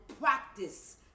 practice